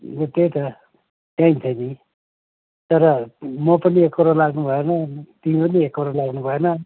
त्यही त चाहिन्छ नि तर म पनि एकोहोरो लाग्नुभएन तिमी नि एकोहोरो लाग्नुभएन